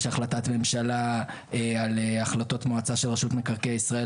יש החלטת ממשלה על החלטות מועצה של רשות מקרקעי ישראל